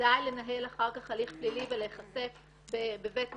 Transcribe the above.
בוודאי לנהל אחר כך הליך פלילי ולהיחשף בבית משפט,